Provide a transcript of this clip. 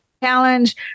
challenge